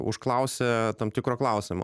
užklausė tam tikro klausimo